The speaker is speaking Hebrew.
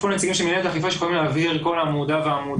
יש פה נציגים של מִנהלת האכיפה שיכולים להסביר כל עמודה ועמודה.